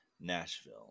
Nashville